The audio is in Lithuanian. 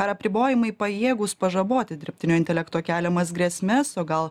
ar apribojimai pajėgūs pažaboti dirbtinio intelekto keliamas grėsmes o gal